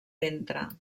ventre